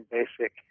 basic